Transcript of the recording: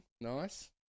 nice